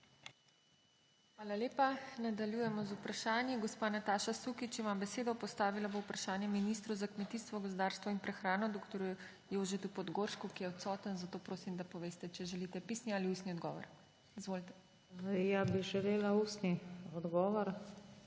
Hvala lepa. Nadaljujemo z vprašanji. Gospa Nataša Sukič ima besedo. Postavila bo vprašanje ministru za kmetijstvo, gozdarstvo in prehrano dr. Jožetu Podgoršku, ki je odsoten, zato prosim, da poveste, če želite pisni ali ustni odgovor. Izvolite. **NATAŠA SUKIČ (PS